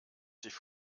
sich